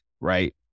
right